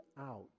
out